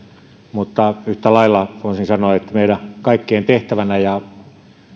mutta yhtä lailla voisin sanoa että meidän kaikkien tehtävänä ja